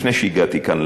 לפני שהגעתי כאן,